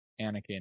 Anakin